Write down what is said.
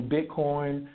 Bitcoin